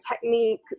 technique